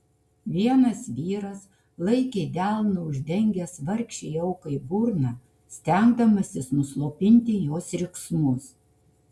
vienas vyras laikė delnu uždengęs vargšei aukai burną stengdamasis nuslopinti jos riksmus